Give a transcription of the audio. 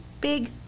big